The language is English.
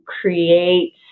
create